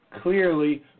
clearly